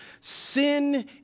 Sin